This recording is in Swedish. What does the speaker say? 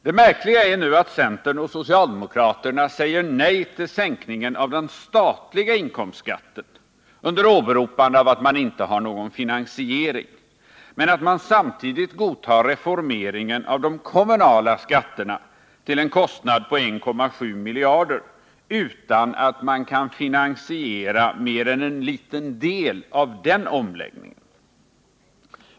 Det märkliga är nu att centern och socialdemokraterna säger nej till sänkningen av den statliga inkomstskatten under åberopande av att man inte har någon finansiering, men samtidigt godtar man reformeringen av de kommunala skatterna till en kostnad på 1,7 miljarder, utan att man kan finansiera mer än en liten del av den omläggningen.